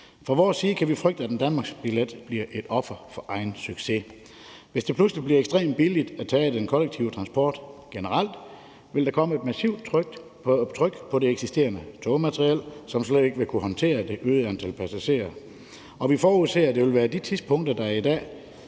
Fra vores side kan vi frygte, at en danmarksbillet bliver et offer for sin egen succes. Hvis det pludselig bliver ekstremt billigt at tage den kollektive transport generelt, vil der komme et massivt tryk på det eksisterende togmateriel, som slet ikke vil kunne klare det øgede antal passagerer. Og vi forudser, at det vil blive forværret på de tidspunkter, hvor der i dag